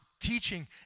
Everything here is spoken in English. teaching